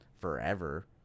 forever